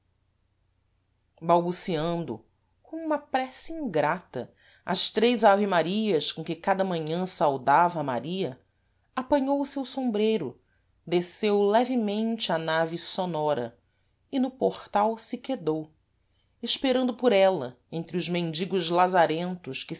balbuciando com uma prece ingrata as três ave-marias com que cada manhã sadava maria apanhou o seu sombreiro desceu levemente a nave sonora e no portal se quedou esperando por ela entre os mendigos lazarentos